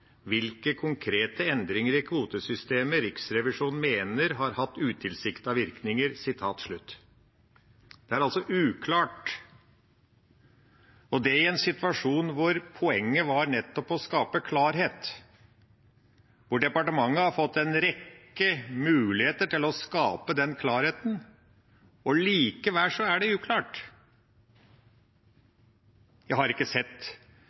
hvilke konkrete endringer i kvotesystemet Riksrevisjonen mener har hatt utilsiktede konsekvenser.» Det er altså uklart, og det i en situasjon hvor poenget var nettopp å skape klarhet, hvor departementet har fått en rekke muligheter til å skape den klarheten. Og likevel er det uklart. Jeg har ikke sett